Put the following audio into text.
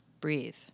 Breathe